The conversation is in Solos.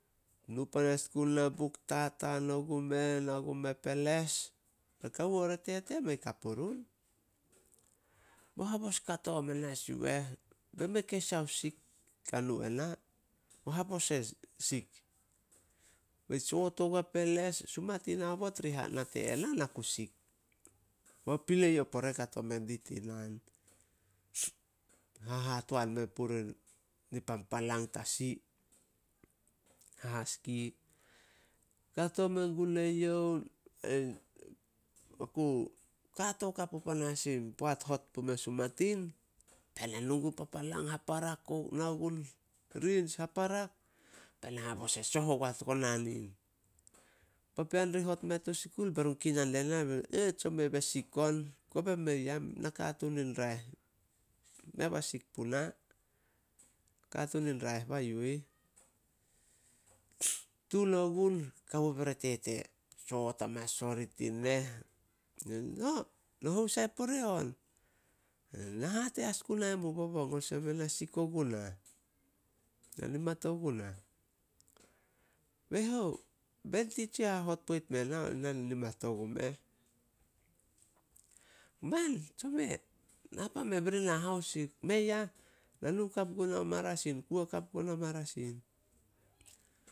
Nu panas gun na buk, tataan ogume nao gume peles. Re kawo are tete mei ka purun. O habos kato hamanas yu eh, bei mei keis ao sik ka nu ena. O habos e sik. Me soot ogua peles, sumatin aobot ri nate ena ku sik. Bo pilei o pore kato mendi tin naan. Hahatuan me puri ni pan palang tasi, hahaski. Kato men gune youh. Na ku kato kapu panas sin poat hot pume o sumatin. Bena nu gun papalang, nao gun, riins, haparak bena habos e soh ogua konanin. Papean ri hot mea to skul berun kinan diena berun, "Tsome be sik on." Kobe mei ah, nakatuun in raeh. Mei abah sik puna, nakatuun in raeh bah yu ih. Tun ogun, kawo bere tete soot amanas orih tin neh, "No- no hou sai pore on?" "Na hate as gunae mu bobon olsem ena sik ogunah. Na nimat ogunah." "Be hou?" "Bein titsia hahot poit me na- na nimat ogumeh." "Man! Tsome. Na pan meh beri nah haosik." "Mei ah, na nu kap gunao marasin, kuo kap gunao marasin."